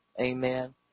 Amen